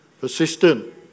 persistent